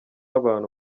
abantu